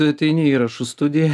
tu ateini į įrašų studiją